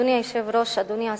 אדוני היושב-ראש, אדוני השר,